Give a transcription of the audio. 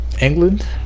England